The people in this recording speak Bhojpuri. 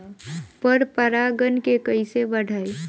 पर परा गण के कईसे बढ़ाई?